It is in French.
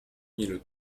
mille